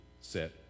set